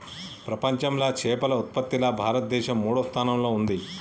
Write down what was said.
ప్రపంచంలా చేపల ఉత్పత్తిలా భారతదేశం మూడో స్థానంలా ఉంది